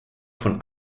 von